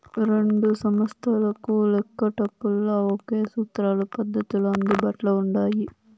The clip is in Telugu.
రెండు సంస్తలకు లెక్కేటపుల్ల ఒకే సూత్రాలు, పద్దతులు అందుబాట్ల ఉండాయి